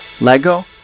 Lego